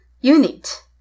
unit